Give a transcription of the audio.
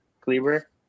Cleaver